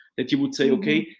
that you would say okay,